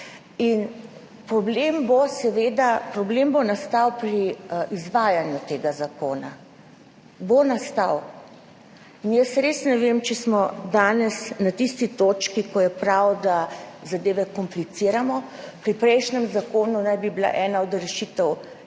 In problem bo nastal pri izvajanju tega zakona in jaz res ne vem, če smo danes na tisti točki, ko je prav, da zadeve kompliciramo. Pri prejšnjem zakonu naj bi bila ena od rešitev